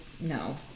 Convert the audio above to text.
no